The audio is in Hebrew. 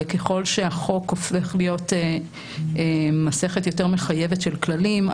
וככל שהחוק הופך להיות מסכת יותר מחייבת של כללים,